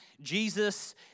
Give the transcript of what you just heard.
Jesus